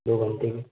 दो घंटे में